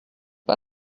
pas